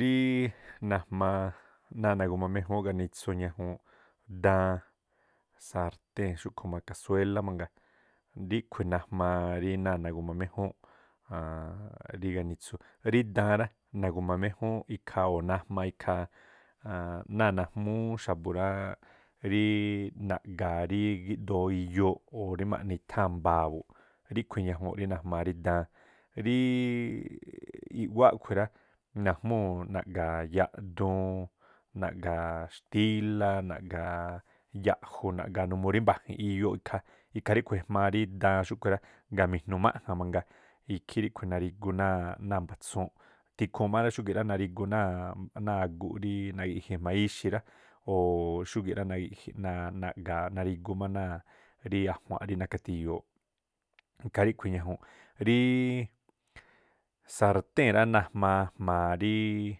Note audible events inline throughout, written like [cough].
Rí í najmaa náa̱ nagu̱ma méjúún ganitsu ̱ñajuunꞌ, daan, sartée̱n, xúkhu̱ má kasuéla mangaa ríꞌkhui̱ najmaa rí náa̱ nagu̱ma méjúúnꞌ [hesitation] rí ganitsu rá. Rí daan rá, nagu̱ma méjúúnꞌ ikhaa o̱ najmaa ikhaa náa̱ najmúú xa̱bu̱ ráá rííꞌ rí na̱ga̱a̱ rí gíꞌdoo iyooꞌ rí ma̱ꞌni i̱tháa̱n mbaa̱ buꞌ. Ríꞌkhui̱ ñajuunꞌ rí najmaa rí daan. [hesitation] i̱ꞌwáꞌ khu rá, najmúu̱ naꞌga̱a̱n yaꞌduun, naꞌga̱a̱n xtílá, naꞌga̱a̱n aan ya̱ꞌju̱, ya̱ꞌju̱ naꞌga̱a̱ numuu rí mba̱ji̱n iyooꞌ ikhaa. ikhaa ríꞌkhui̱ ejmaa rí daan xúꞌkhui̱ rá, ngaa̱ mi̱jnu̱ máꞌja̱n mangaa ikhí ríꞌkhu̱ nari̱gu náa̱ꞌ- náa̱- mbatsuunꞌ, tikhuun má rá xúgi̱ rá nari̱gu náa̱ aguꞌ rí naji̱ꞌji jma̱a ixi̱ rá o̱ xúgi̱ꞌ rá nagi̱ꞌji̱ naaꞌ- na̱ga̱a̱- nari̱gu má náa̱ ajua̱nꞌ rí nakha̱ti̱yo̱o̱ꞌ ikhaa ríkhui̱ ̱ñajuunꞌ. Ríí sartée̱n rá, najmaa jma̱a ríí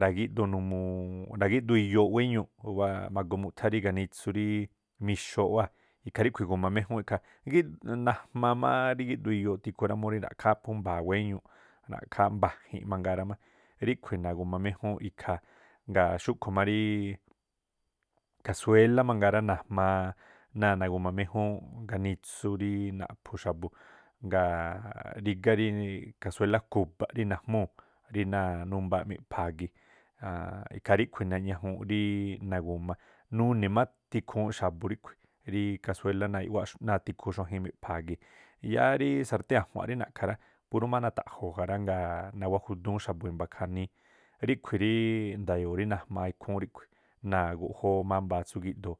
ra̱gíꞌdoo numuu, ra̱gíꞌdoo iyooꞌ wéñuuꞌ [hesitation] ma̱goo mu̱ꞌthá rí ganitsu rí mixooꞌ wáa̱ ikhaa ríꞌkhui̱ igu̱ma méjúúnꞌ ikhaa, gíꞌ- najmaa- máá rí gíꞌdoo iyooꞌ tikhu rá múú rí ra̱ꞌkhááꞌ phú mba̱a̱ wéñuuꞌ, ra̱̱khááꞌ mba̱jin mangaa rá má, ríꞌkhui̱ nagu̱ma méjúúnꞌ ikhaa. Ngaa̱ xúꞌkhu̱ má ríí kasuéla mangaa rá najmaa náa̱ naguma méjúúnꞌ ganitsu rí naꞌphu̱ xa̱bu̱ ngaa̱ rígá rí kasuélá khu̱ba̱ꞌ rí najmúu̱ náa̱ numbaaꞌ miꞌpha̱a̱ gii̱, a̱a̱nꞌ ikhaa ríꞌkhui̱ nañajuun rí nagu̱ma, nuni̱ má tikhuun xa̱bu̱ ríꞌkhui̱ rí kasuélá náa̱ i̱ꞌwáꞌ náa̱ tikhu xuajin miꞌpha̱a̱ gii̱. Yáá rí sartée̱n a̱jua̱nꞌ rí na̱ꞌkha̱ rá purú má nata̱ꞌjo̱o̱ ja rá, ngaa̱ nawáꞌ judúún xa̱bu̱ i̱mba̱ khaníí. Ríꞌkhui̱ rí ndayoo rí najmaa ikhúún riꞌkhui̱ náa̱ guꞌjóó mámba tsú gíꞌdoo.